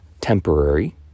temporary